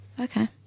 Okay